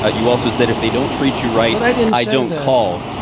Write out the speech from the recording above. ah you also said if they don't treat you right. i didn't. i don't call.